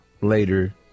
later